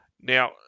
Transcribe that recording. Now